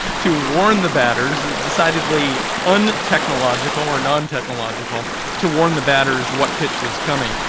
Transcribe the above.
to warn the batters decidedly untechnological or nontechnological to warn the batters what pitch was coming.